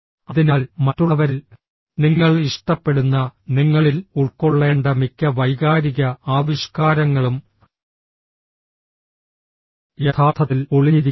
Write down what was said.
അതിനാൽ മറ്റുള്ളവരിൽ നിങ്ങൾ ഇഷ്ടപ്പെടുന്ന നിങ്ങളിൽ ഉൾക്കൊള്ളേണ്ട മിക്ക വൈകാരിക ആവിഷ്കാരങ്ങളും യഥാർത്ഥത്തിൽ ഒളിഞ്ഞിരിക്കുന്നു